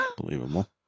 Unbelievable